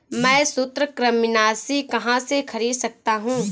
मैं सूत्रकृमिनाशी कहाँ से खरीद सकता हूँ?